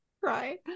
right